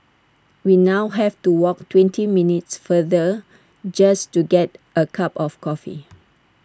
we now have to walk twenty minutes farther just to get A cup of coffee